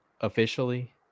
officially